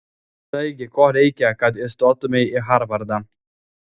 taigi ko reikia kad įstotumei į harvardą